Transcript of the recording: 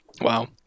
Wow